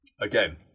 again